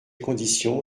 conditions